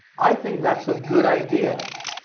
i think that's a good idea.